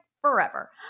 forever